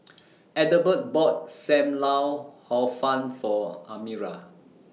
Ethelbert bought SAM Lau Hor Fun For Amira